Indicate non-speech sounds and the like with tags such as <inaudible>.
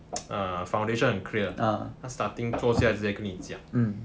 <noise> ah foundation 很 clear 他 starting 坐下来直接跟你讲